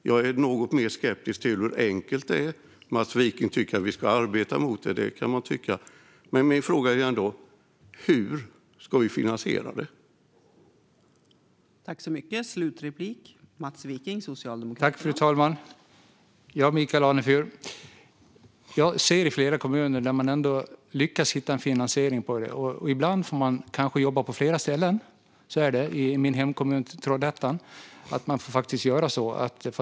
Jag är något mer skeptisk till hur enkelt det är. Mats Wiking tycker att vi ska arbeta mot det, och det kan man tycka. Jag undrar dock hur vi ska finansiera det hela.